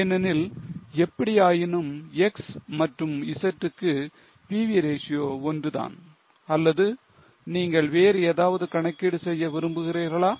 ஏனெனில் எப்படியாயினும் X மற்றும் Z க்கு PV ratio ஒன்றுதான் அல்லது நீங்கள் வேறு ஏதாவது கணக்கீடு செய்ய விரும்புகிறீர்களா